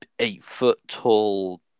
eight-foot-tall